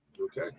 Okay